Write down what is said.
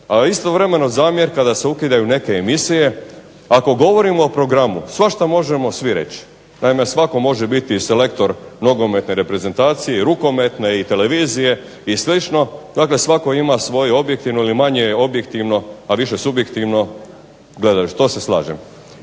A istovremeno zamjerka da se ukidaju neke emisije. Ako govorimo o programu svašta možemo svi reći. Naime, svatko može biti selektor nogometne, rukometne reprezentacije i televizije i sl. dakle svatko ima svoje objektivno ili manje objektivno, a više subjektivno gledalište. To se slažem.